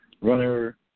runner